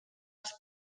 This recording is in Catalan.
als